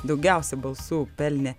daugiausia balsų pelnė